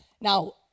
Now